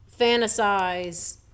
fantasize